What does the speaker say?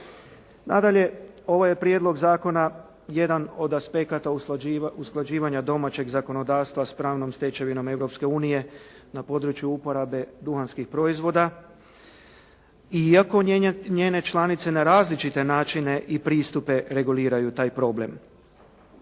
Nadalje, ovaj je prijedlog zakona jedan od aspekata usklađivanja domaćeg zakonodavstva s pravnom stečevinom Europske unije na području uporabe duhanskih proizvoda iako njene članice na različite načine i pristupe reguliraju taj problem.